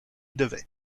devait